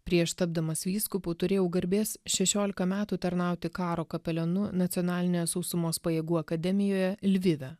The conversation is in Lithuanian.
prieš tapdamas vyskupu turėjau garbės šešiolika metų tarnauti karo kapelionu nacionalinėje sausumos pajėgų akademijoje lvive